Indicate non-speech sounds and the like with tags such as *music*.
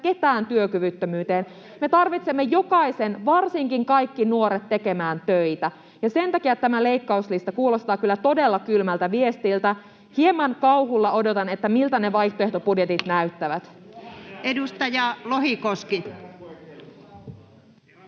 Peltokankaan välihuuto] Me tarvitsemme jokaisen, varsinkin kaikki nuoret, tekemään töitä, ja sen takia tämä leikkauslista kuulostaa kyllä todella kylmältä viestiltä. Hieman kauhulla odotan, miltä ne vaihtoehtobudjetit näyttävät. *noise*